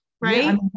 Right